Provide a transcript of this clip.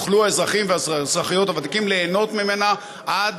יוכלו האזרחים והאזרחיות הוותיקים ליהנות ממנה עד